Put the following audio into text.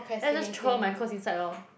then I just throw all my clothes inside lor